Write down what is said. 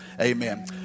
Amen